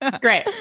Great